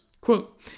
quote